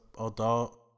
adult